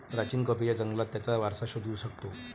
प्राचीन कॉफीच्या जंगलात त्याचा वारसा शोधू शकतो